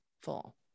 full